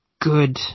good